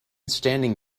standing